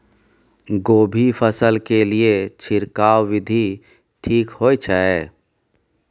कोबी फसल के लिए छिरकाव विधी ठीक होय छै?